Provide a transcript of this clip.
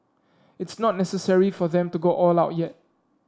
it's not necessary for them to go all out yet